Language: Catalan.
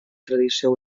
tradició